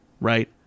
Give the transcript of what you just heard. right